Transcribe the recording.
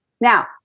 Now